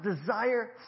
desire